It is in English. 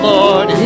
Lord